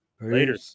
Later